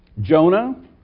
Jonah